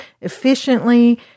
efficiently